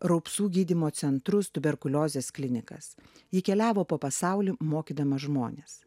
raupsų gydymo centrus tuberkuliozės klinikas ji keliavo po pasaulį mokydamas žmones